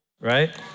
Right